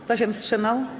Kto się wstrzymał?